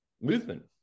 movement